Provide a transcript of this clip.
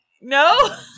No